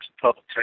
public